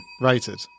Rated